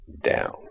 down